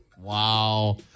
Wow